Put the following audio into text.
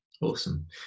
Awesome